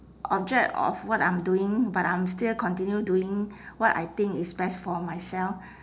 object of what I'm doing but I'm still continue doing what I think is best for myself